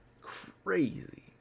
crazy